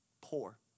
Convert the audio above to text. poor